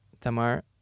Tamar